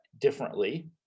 differently